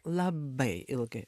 labai ilgai